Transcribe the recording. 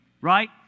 right